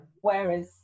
whereas